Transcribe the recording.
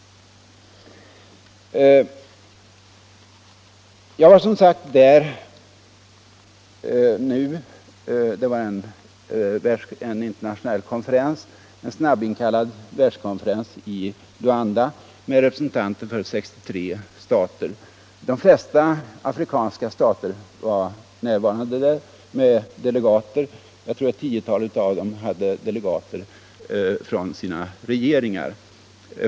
Jag har, som sagt, varit där helt nyligen på en internationell konferens — en snabbinkallad världskonferens — i Luanda med representanter för 63 stater. De flesta afrikanska stater var företrädda där med delegater. Ett tiotal av dem hade sänt delegater som representerade sina regeringar.